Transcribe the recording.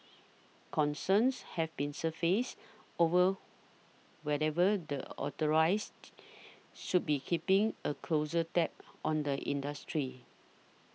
concerns have been surfaced over whatever the authorised should be keeping a closer tab on the industry